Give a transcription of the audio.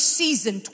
season